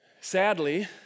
Sadly